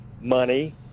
money